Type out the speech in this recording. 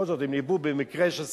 שבכל זאת הם יובאו במקרה של שרפות.